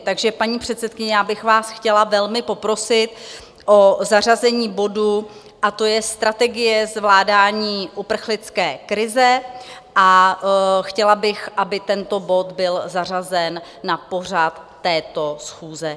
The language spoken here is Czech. Takže paní předsedkyně, já bych vás chtěla velmi poprosit o zařazení bodu, a to je Strategie zvládání uprchlické krize, a chtěla bych, aby tento bod byl zařazen na pořad této schůze.